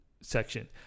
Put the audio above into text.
section